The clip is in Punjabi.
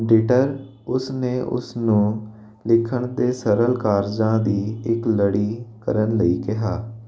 ਡਿਟਰ ਉਸ ਨੇ ਉਸ ਨੂੰ ਲਿਖਣ ਦੇ ਸਰਲ ਕਾਰਜਾਂ ਦੀ ਇੱਕ ਲੜੀ ਕਰਨ ਲਈ ਕਿਹਾ